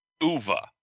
Uva